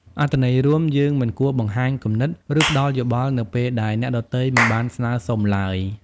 អត្ថន័យរួម យើងមិនគួរបង្ហាញគំនិត ឬផ្ដល់យោបល់នៅពេលដែលអ្នកដទៃមិនបានស្នើសុំឡើយ។